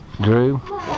drew